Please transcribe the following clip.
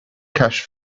cash